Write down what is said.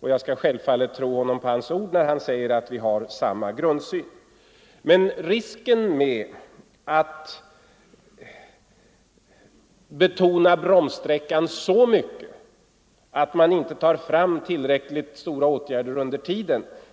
Jag skall tro honom på hans ord när han framhåller att vi har samma grundsyn. Men risken med att lägga så liten vikt vid bromssträckan att man underlåter att under hand förbereda tillräckligt kraftfulla åtgärder